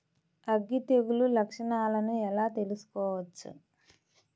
అగ్గి తెగులు లక్షణాలను ఎలా తెలుసుకోవచ్చు?